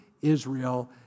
Israel